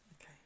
Okay